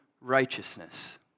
righteousness